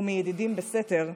או מידידים בסתר,